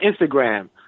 Instagram